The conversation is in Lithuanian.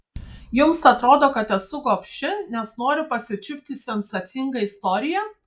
jums atrodo kad esu gobši nes noriu pasičiupti sensacingą istoriją